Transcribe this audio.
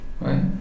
right